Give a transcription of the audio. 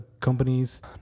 companies